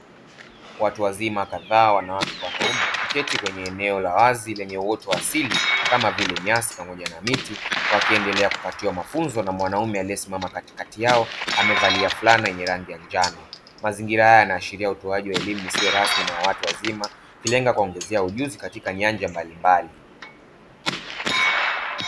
Watu wazima kadhaa wanawake kwa wanaume wameketi kwenye eneo la wazi lenye uoto wa asili kama vile nyasi pamoja na miti, wakiendelea kupatiwa mafunzo na mwanaume aliyesimama katikati yao amevalia fulana yenye rangi ya njano. Mazingira haya yanaashiria utoaji wa elimu isiyo rasmi na ya watu wazima ikilenga kuwaongezea ujuzi katika nyanja mbalimbali.